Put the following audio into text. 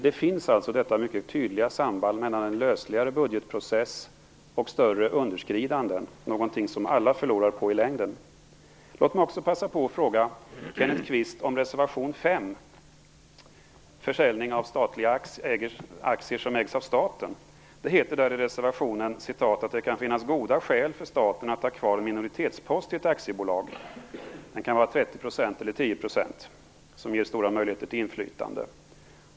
Det finns alltså ett mycket tydligt samband mellan en lösligare budgetprocess och större underskridanden, något som alla förlorar på i längden. Låt mig också passa på att fråga Kenneth Kvist om reservation 5, som handlar om försäljning av aktier som ägs av staten. Det heter i reservationen att det kan finnas goda skäl för staten att ha kvar en minoritetspost i ett aktiebolag, den kan vara 30 % eller 10 %, som ger stora möjligheter till inflytande.